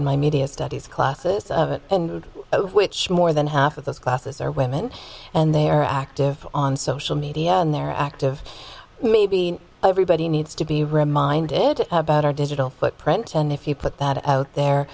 in my media studies classes which more than half of those classes are women and they are active on social media and they're active maybe everybody needs to be reminded about our digital footprint and if you put that out there